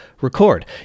record